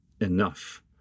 enough